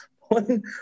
one